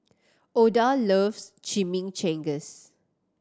Oda loves Chimichangas